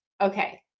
Okay